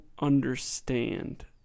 understand